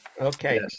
Okay